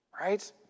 Right